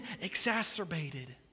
exacerbated